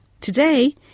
Today